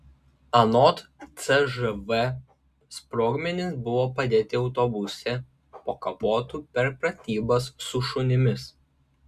anot cžv sprogmenys buvo padėti autobuse po kapotu per pratybas su šunimis